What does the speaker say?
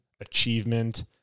Achievement